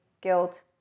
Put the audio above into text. guilt